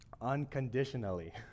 unconditionally